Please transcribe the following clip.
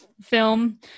film